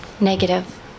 negative